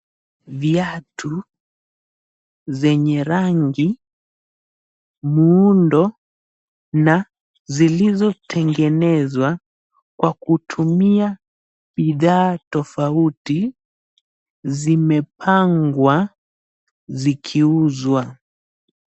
Viatu zenye rangi, muundo na zilizotengenezwa kwa kutumia bidhaa tofauti zimepangwa zikiuzwa.